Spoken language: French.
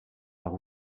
par